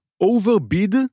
overbid